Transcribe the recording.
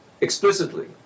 explicitly